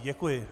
Děkuji.